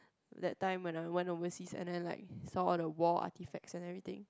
that time when I went overseas and then like some are the war artifacts and everything